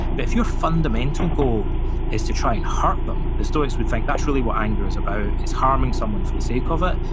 but if your fundamental goal is to try and hurt them, the stoics would think that's really what anger is about, is harming someone for the sake of it,